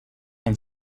and